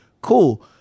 Cool